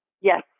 Yes